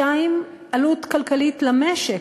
2. עלות כלכלית למשק,